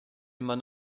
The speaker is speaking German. man